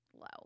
low